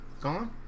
Gone